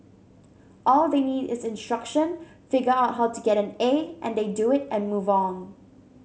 all they need is instruction figure out how to get an A and they do it and move on